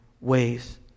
ways